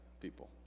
people